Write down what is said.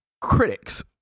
critics